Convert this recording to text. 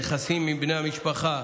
היחסים עם בני המשפחה,